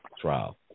trial